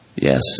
Yes